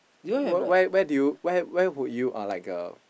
were where where did you where where would you like uh